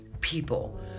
people